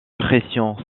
pressions